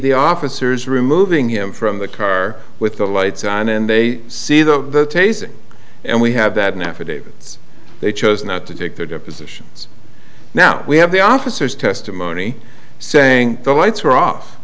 the officers removing him from the car with the lights on and they see the tasing and we have that in affidavits they chose not to take the depositions now we have the officers testimony saying the lights were off